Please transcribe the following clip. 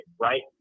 right